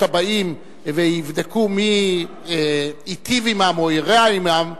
הבאים ויבדקו מי היטיב עמם או הרע עמם,